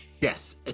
Yes